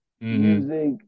Music